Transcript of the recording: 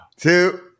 Two